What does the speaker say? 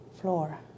floor